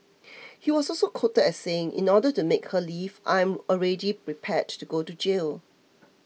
he was also quoted as saying in order to make her leave I am already prepared to go to jail